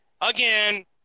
again